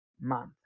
Month